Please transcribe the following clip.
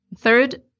Third